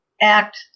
act